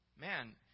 Man